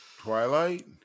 Twilight